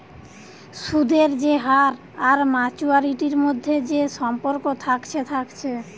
সুদের যে হার আর মাচুয়ারিটির মধ্যে যে সম্পর্ক থাকছে থাকছে